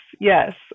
yes